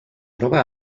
troba